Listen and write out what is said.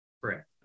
correct